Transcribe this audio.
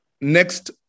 Next